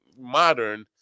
modern